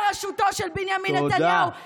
בראשותו של בנימין נתניהו, תודה.